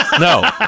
no